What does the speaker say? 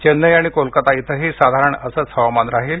चेन्नई आणि कोलकाता इथंही साधारण असंच हवामान राहील